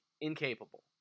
incapable